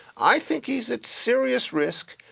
i think he is at serious risk,